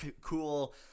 cool